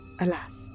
alas